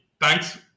thanks